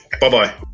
Bye-bye